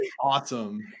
awesome